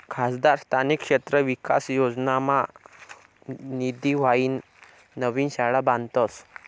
खासदार स्थानिक क्षेत्र विकास योजनाना निधीम्हाईन नवीन शाळा बांधतस